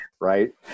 right